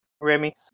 Remy